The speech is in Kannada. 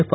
ಎಫ್